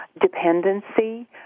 dependency